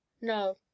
No